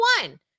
one